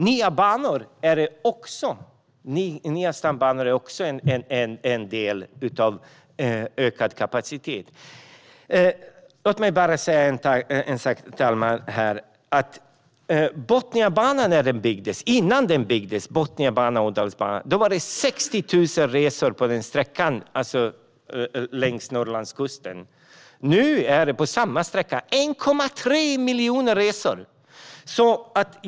Nya stambanor är också en del i den ökade kapaciteten. Låt mig bara säga att innan Botniabanan och Ådalsbanan byggdes var det 60 000 resor längs Norrlandskusten. Nu är det på samma sträcka 1,3 miljoner resor.